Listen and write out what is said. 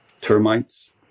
termites